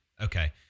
Okay